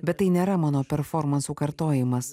bet tai nėra mano performansų kartojimas